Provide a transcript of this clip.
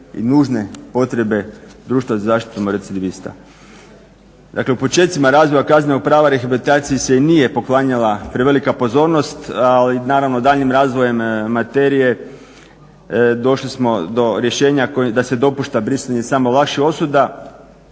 i nužne potrebe društva za zaštitu recidivista. Dakle, u počecima razvoja kaznenog prava rehabilitaciji se nije poklanjala prevelika pozornost ali naravno daljnjim razvojem materije došli smo do rješenja da se dopušta brisanje samo vaših osuda